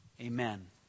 Amen